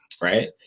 right